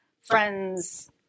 friends